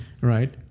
right